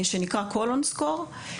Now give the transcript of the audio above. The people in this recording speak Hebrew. שנקרא קולון סקור,